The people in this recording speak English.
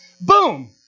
boom